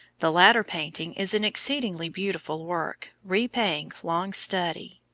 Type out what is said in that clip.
the latter painting is an exceedingly beautiful work, repaying long study.